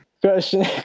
Question